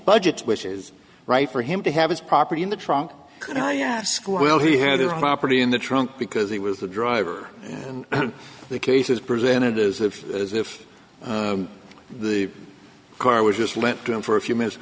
budgets which is right for him to have his property in the trunk and i ask well he had his property in the trunk because he was the driver and the case is presented as if as if the car was just lent to him for a few minutes